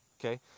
Okay